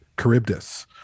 Charybdis